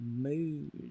mood